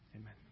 Amen